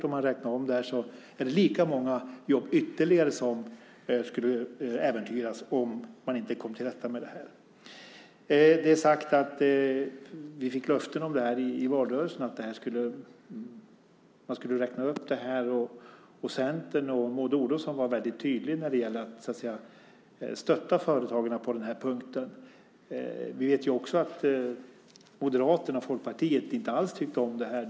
Om man räknar om det så är det säkert lika många jobb ytterligare som skulle äventyras om man inte kommer till rätta med det här. Det är sagt att vi i valrörelsen fick löften om att man skulle räkna upp det här. Centern och Maud Olofsson var väldigt tydliga när det gällde att stötta företagen på den här punkten. Vi vet också att Moderaterna och Folkpartiet inte alls tyckte om det här.